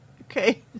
Okay